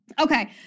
Okay